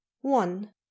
one